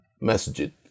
masjid